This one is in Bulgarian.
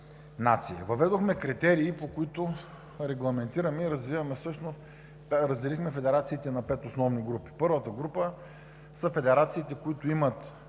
нация. Въведохме критерии, по които регламентирахме и разделихме федерациите на пет основни групи. Първата група са федерациите, които имат